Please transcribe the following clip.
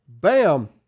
Bam